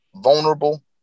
vulnerable